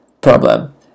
problem